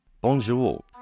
Bonjour